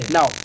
Now